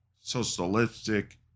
socialistic